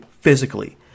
physically